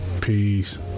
Peace